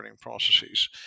processes